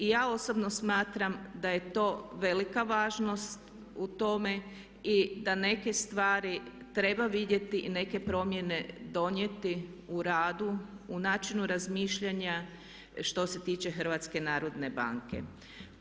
Ja osobno smatram da je to velika važnost u tome i da neke stvari treba vidjeti, neke promjene donijeti u radu, u načinu razmišljanja što se tiče HNB-a.